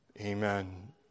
Amen